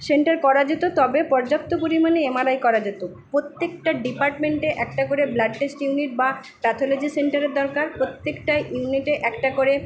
centre করা যেত তবে পর্যাপ্ত পরিমাণে এম আর আই করা যেত প্রত্যেকটা ডিপার্টমেন্টে একটা করে ব্লাড টেস্ট ইউনিট বা প্যাথোলজি সেন্টারের দরকার প্রত্যেকটা ইউনিটে একটা করে